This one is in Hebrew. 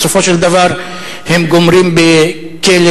בסופו של דבר הם גומרים בכלא